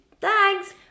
Thanks